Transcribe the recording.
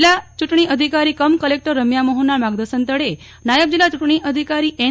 જીલ્લા ચુંટણી અધિકારી કમ કલેકટર રેમ્યા મોહનના માર્ગદર્શન હેઠળ જીલ્લા ચુંટણી અધિકારી એન